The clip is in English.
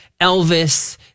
Elvis